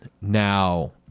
Now